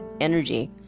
energy